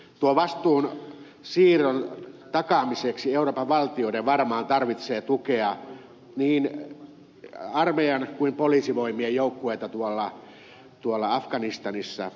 tuon vastuunsiirron takaamiseksi euroopan valtioiden varmaan tarvitsee tukea niin armeijan kuin poliisivoimien joukkueita afganistanissa